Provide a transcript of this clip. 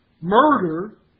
murder